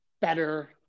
better